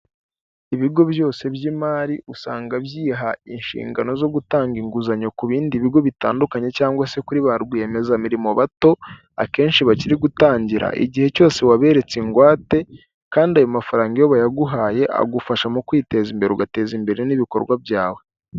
Ibigo byose by'imari, usanga byiha inshingano zo gutanga inguzanyo ku bindi bigo bitandukanye, cyangwa se kuri ba rwiyemezamirimo bato, akenshi bakiri gutangira, igihe cyose waberetse ingwate, kandi ayo mafaranga iyo bayaguhaye, agufasha mu kwiteza imbere, ugateza imbere n'ibikorwa byawe.